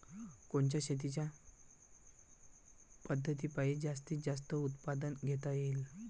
कोनच्या शेतीच्या पद्धतीपायी जास्तीत जास्त उत्पादन घेता येईल?